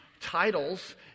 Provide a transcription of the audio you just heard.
titles